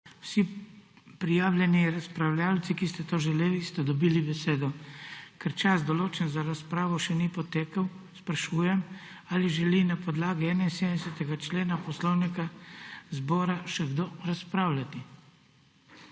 Vsi prijavljeni razpravljavci, ki ste to želeli, ste dobili besedo. Ker čas, določen za razpravo, še ni potekel, sprašujem, ali želi na podlagi 71. člena Poslovnika Državnega zbora še kdo razpravljati.